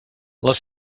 les